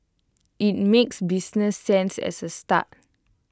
IT makes business sense as A start